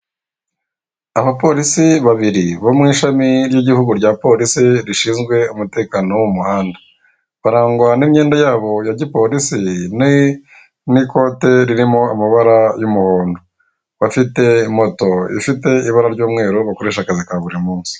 Abapolisi babiri bo mu ishami ry'igihugu rya polisi rishinzwe umutekano wo mu muhanda, barangwa n'imyenda yabo ya giporisi n'ikote ririmo amabara y'umuhondo, bafite moto ifite ibara ry'umweru bakoresha akazi ka buri munsi.